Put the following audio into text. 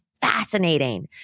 fascinating